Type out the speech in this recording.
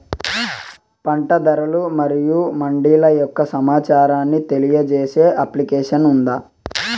పంట ధరలు మరియు మండీల యొక్క సమాచారాన్ని తెలియజేసే అప్లికేషన్ ఉందా?